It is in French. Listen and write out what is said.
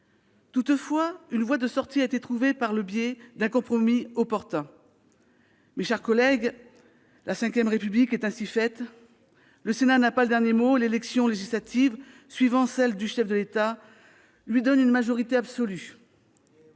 Toutefois, une voie de sortie a été trouvée par le biais d'un compromis opportun. Mes chers collègues, la V République est ainsi faite : le Sénat n'a pas le dernier mot, et l'élection législative, qui suit celle du chef de l'État, donne à ce dernier une majorité absolue.